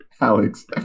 Alex